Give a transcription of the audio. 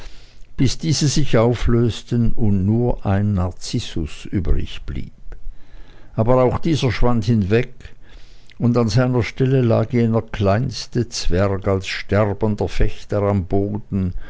bis diese sich auflösten und nur ein narzissus übrigblieb aber auch dieser schwand hinweg und an seiner stelle lag jener kleinste zwerg als sterbender fechter am boden